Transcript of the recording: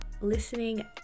listening